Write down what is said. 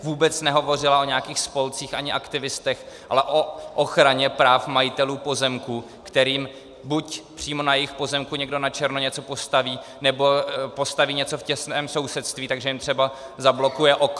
Vůbec nehovořila o nějakých spolcích ani aktivistech, ale o ochraně práv majitelů pozemků, kterým buď přímo na jejich pozemku někdo načerno něco postaví, nebo postaví něco v těsném sousedství tak, že jim třeba zablokuje okno.